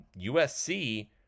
USC